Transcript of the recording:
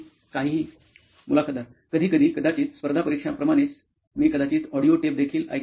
मुलाखतदार कधीकधी कदाचित स्पर्धा परीक्षांप्रमाणेच मी कदाचित ऑडिओ टेप देखील ऐकत असे